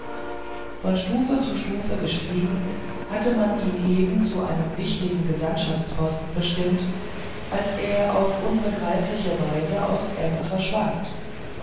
von stufe zu stufe gestiegen hatte man ihn eben zu einem wichtigen gesandtschaftsposten bestimmt als er auf unbegreifliche weise aus m verschwand